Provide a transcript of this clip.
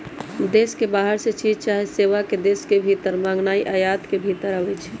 देश के बाहर से चीज चाहे सेवा के देश के भीतर मागनाइ आयात के भितर आबै छइ